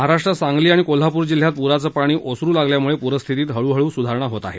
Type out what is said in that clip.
महाराष्ट्रात सांगली आणि कोल्हापूर जिल्ह्यात पुराचं पाणी ओसरु लागल्यामुळे पूरस्थितीत हळू हळू सुधारणा होत आहे